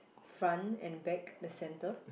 front and back the centre